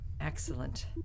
Excellent